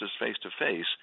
face-to-face